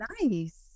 Nice